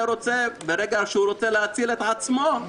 ברגע שהוא רוצה להציל את עצמו,